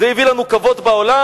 זה הביא לנו כבוד בעולם?